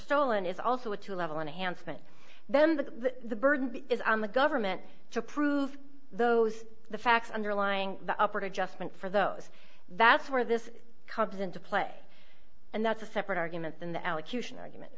stolen is also a two level enhancement then the burden is on the government to prove those the facts underlying the upward adjustment for those that's where this comes into play and that's a separate argument than the allocution argument